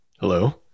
hello